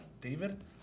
David